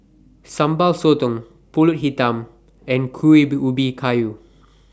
Sambal Sotong Pulut Hitam and Kuih Ubi Kayu